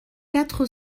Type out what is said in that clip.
quatre